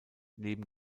neben